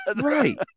right